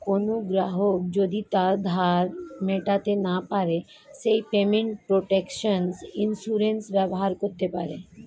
কোনো গ্রাহক যদি তার ধার মেটাতে না পারে সে পেমেন্ট প্রটেকশন ইন্সুরেন্স ব্যবহার করতে পারে